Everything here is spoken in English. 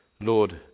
Lord